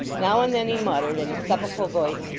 now and then he muttered in a sepulchral voice,